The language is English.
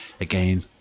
again